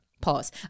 pause